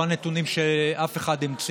לא נתונים שמישהו המציא,